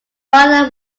father